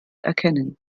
erkennen